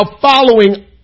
following